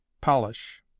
Polish